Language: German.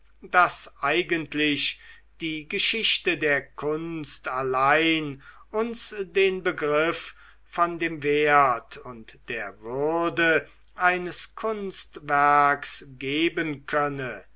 daß eigentlich die geschichte der kunst allein uns den begriff von dem wert und der würde eines kunstwerks geben könne